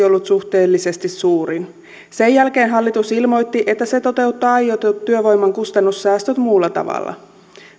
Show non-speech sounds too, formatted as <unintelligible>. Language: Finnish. <unintelligible> ollut suhteellisesti suurin sen jälkeen hallitus ilmoitti että se toteuttaa aiotut työvoiman kustannussäästöt muulla tavalla